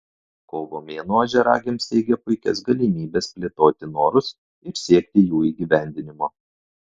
kovo mėnuo ožiaragiams teigia puikias galimybes plėtoti norus ir siekti jų įgyvendinimo